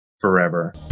forever